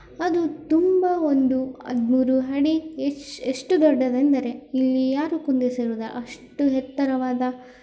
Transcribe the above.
ಅದು ತುಂಬ ಒಂದು ಹದಿಮೂರು ಅಡಿ ಎಷ್ ಎಷ್ಟು ದೊಡ್ಡದು ಎಂದರೆ ಇಲ್ಲಿ ಯಾರೂ ಕುಳ್ಳಿರ್ಸಿರೋಲ್ಲ ಅಷ್ಟು ಎತ್ತರವಾದ